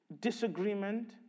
disagreement